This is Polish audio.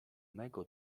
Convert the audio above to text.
mego